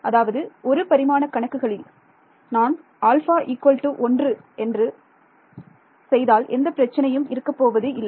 அதாவது ஒரு பரிமாண கணக்குகளில் நான் α 1 செய்தால் எந்த பிரச்சனையும் இருக்கப்போவது இல்லை